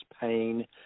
pain